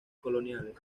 coloniales